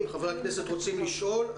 חברת הכנסת עומר